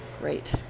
great